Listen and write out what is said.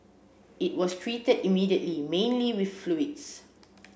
it was treated immediately mainly with fluids